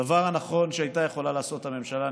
הדבר הנכון שהייתה יכולה לעשות הממשלה,